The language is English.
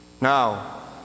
Now